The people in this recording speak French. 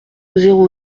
zéro